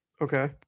Okay